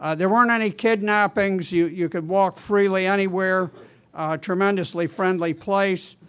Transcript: ah there weren't any kidnappings, you you could walk freely anywhere tremendously friendly place.